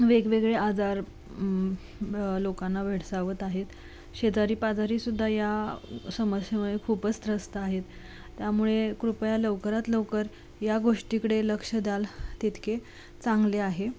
वेगवेगळे आजार लोकांना भेडसावत आहेत शेजारी पाजारीसुद्धा या समस्येमुळे खूपच त्रस्त आहेत त्यामुळे कृपया लवकरात लवकर या गोष्टीकडे लक्ष द्याल तितके चांगले आहे